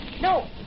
No